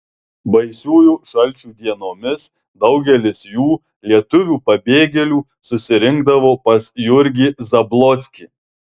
baisiųjų šalčių dienomis daugelis jų lietuvių pabėgėlių susirinkdavo pas jurgį zablockį